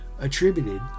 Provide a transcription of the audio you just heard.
attributed